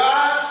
God